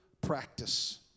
practice